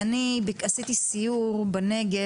אני עשיתי סיור בנגב,